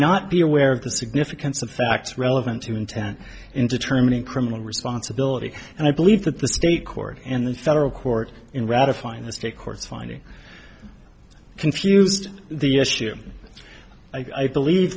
not be aware of the significance of facts relevant to intent in determining criminal responsibility and i believe that the state court and the federal court in ratifying the state courts finding confused the issue i believe